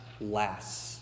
last